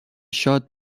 شاد